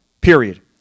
period